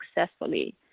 successfully